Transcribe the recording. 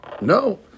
no